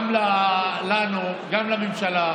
גם לנו, גם לממשלה,